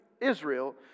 Israel